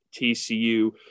TCU